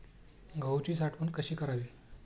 गहूची साठवण कशी करावी?